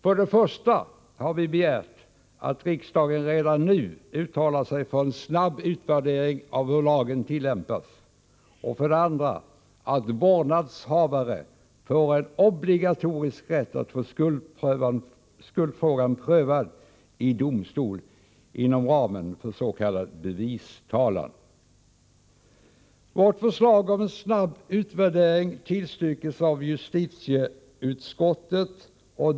För det första har vi begärt att riksdagen redan nu uttalar sig för en snabb utvärdering av hur lagen tillämpas, för det andra att vårdnadshavare får en obligatorisk rätt att få skuldfrågan prövad i domstol inom ramen för s.k. bevistalan. Vårt förslag om en snabb utvärdering tillstyrks av justitieutskottet.